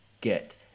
get